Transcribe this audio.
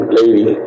lady